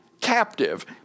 captive